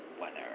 weather